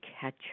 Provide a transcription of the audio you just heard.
catch